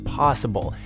possible